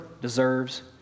deserves